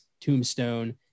Tombstone